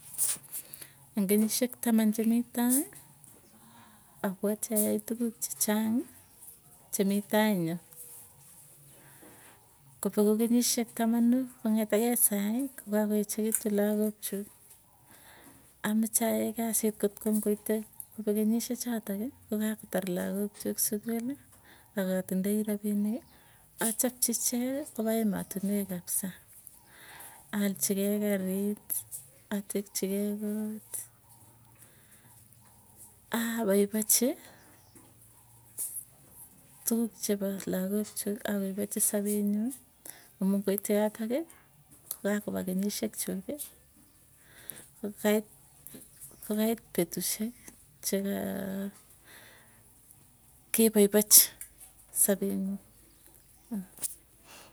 Eng kenyisiektaman chemii tai, apwati ayae tukuk chechang chemii tai nyoo. Kopeku kenyishek tamanu kong'etee sai kokakoechekitu lagookchuk ameche ayai kasit kotko ngoite kopek kenyishe chotoki, kokakotar lakook chuk sukuli. Akatindoi rapiniki achapchi icheki kopa emotinwek ap sang, alchikei karit. Atekchi kei kooti, apaipochii, tukuk chepo lagok chuk, apaipachi sapee nyuu amuu ngoiteyotok ko kakopa kenyisiek chuuki, kokait kokait petusyek cheka kepoipachi sapee nguung.